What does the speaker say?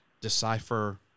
decipher